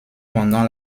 pendant